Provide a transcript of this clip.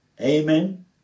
Amen